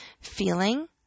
feeling